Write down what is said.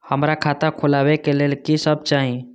हमरा खाता खोलावे के लेल की सब चाही?